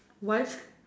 what